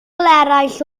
eraill